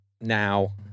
now